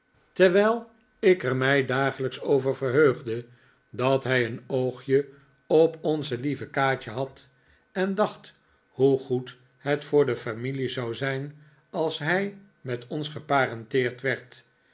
terwijl ik er mij dagelijks over verhiugde dat hij een oogje op onze lieve kaatje had en dacht hoe goed het voor de familie zou zijn als hij met ons geparenteerd werd